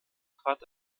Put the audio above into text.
trat